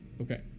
Okay